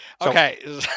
Okay